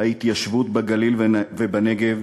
ההתיישבות בגליל ובנגב,